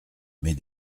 mais